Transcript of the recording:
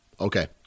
Okay